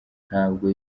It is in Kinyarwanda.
ntabwo